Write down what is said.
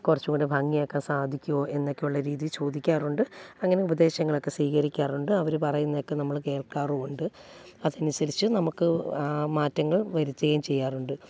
കുറച്ചും കൂടി ഭംഗിയാക്കാൻ സാധിക്കുമോ എന്നൊക്കെയുള്ള രീതിയിൽ ചോദിക്കാറുണ്ട് അങ്ങനെ ഉപദേശങ്ങളൊക്കെ സ്വീകരിക്കാറുണ്ട് അവർ പറയുന്നതൊക്കെ നമ്മൾ കേൾക്കാറുണ്ട് അതനുസരിച്ച് നമുക്ക് മാറ്റങ്ങൾ വരുത്തുകയും ചെയ്യാറുണ്ട്